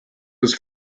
was